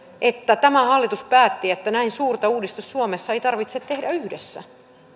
että tämä hallitus päätti että näin suurta uudistusta suomessa ei tarvitse tehdä yhdessä